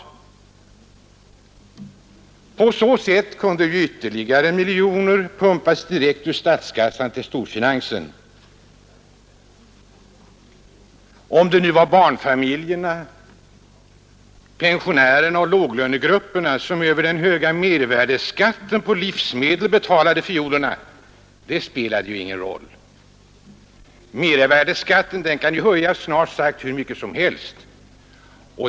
På så sätt kunde ytterligare miljoner pumpas direkt ur statskassan till storfinansen. Om det nu var barnfamiljerna, pensionärerna och låglönegrupperna som över den höga mervärdeskatten på livsmedel betalade fiolerna spelade väl ingen roll. Mervärdeskatten kan ju höjas snart sagt hur mycket som helst.